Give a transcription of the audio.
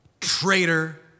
traitor